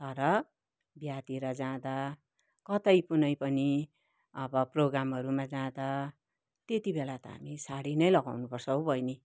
तर बिहेतिर जाँदा कतै कुनै पनि अब प्रोग्रामहरूमा जाँदा त्यतिबेला त हामी सारी नै लगाउनु पर्छ हौ बहिनी